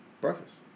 Breakfast